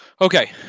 Okay